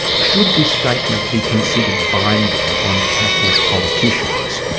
should this statement be considered binding on catholic politicians,